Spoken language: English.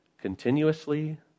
continuously